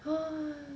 !huh!